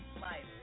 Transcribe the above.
life